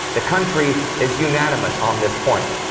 the country is unanimous on this point.